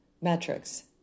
Metrics